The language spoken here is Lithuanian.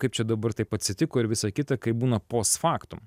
kaip čia dabar taip atsitiko ir visa kita kaip būna post faktum